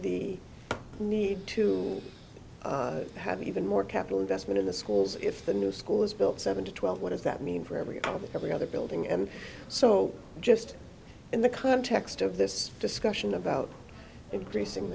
the need to have even more capital investment in the schools if the new school is built seven to twelve what does that mean for every public every other building and so just in the context of this discussion about increasing